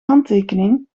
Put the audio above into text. handtekening